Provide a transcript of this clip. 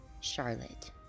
Charlotte